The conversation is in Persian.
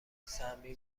سمی